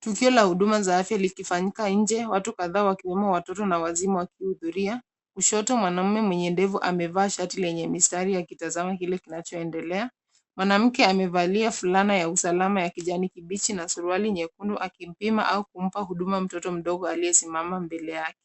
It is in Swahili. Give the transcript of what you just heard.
Tukio la huduma za afya ikifanyika nje. Watu kadhaa wakiwemo watoto na wazima wakihudhuria. Kushoto mwanaume mwenye ndevu amevaa shati lenye mistari akitazama kile kinachoendelea. Mwanamke amevalia fulana ya usalama ya kijani kibichi na suruali nyekundu akimpima au kumpa huduma mtoto mdogo aliyesimama mbele yake